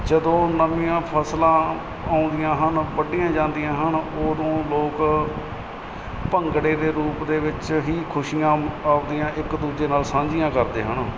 ਜਦੋਂ ਨਵੀਆਂ ਫਸਲਾਂ ਆਉਂਦੀਆਂ ਹਨ ਵੱਢੀਆਂ ਜਾਂਦੀਆਂ ਹਨ ਉਦੋਂ ਲੋਕ ਭੰਗੜੇ ਦੇ ਰੂਪ ਦੇ ਵਿੱਚ ਹੀ ਖੁਸ਼ੀਆਂ ਆਪਣੀਆਂ ਇੱਕ ਦੂਜੇ ਨਾਲ ਸਾਂਝੀਆਂ ਕਰਦੇ ਹਨ